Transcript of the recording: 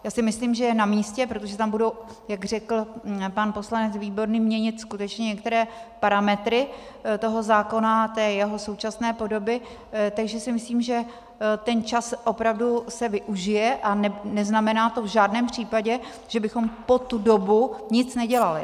Já si myslím, že je namístě, protože tam budou, jak řekl pan poslanec Výborný, měnit skutečně některé parametry toho zákona, té jeho současné podoby, takže si myslím, že ten čas se opravdu využije, a neznamená to v žádném případě, že bychom po tu dobu nic nedělali.